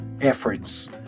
efforts